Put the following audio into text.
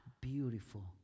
beautiful